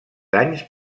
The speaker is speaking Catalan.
anys